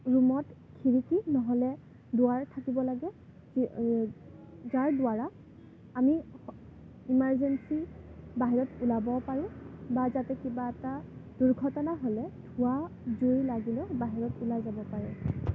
ৰুমত খিৰিকি নহ'লে দুৱাৰ থাকিব লাগে যাৰ দ্বাৰা আমি ইমাৰজেনচি বাহিৰত ওলাব পাৰোঁ বা যাতে কিবা এটা দুৰ্ঘটনা হ'লে ধোঁৱা জুই লাগিলেও বাহিৰত ওলাই যাব পাৰোঁ